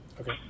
Okay